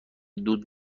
دود